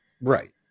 Right